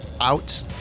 out